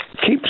Keep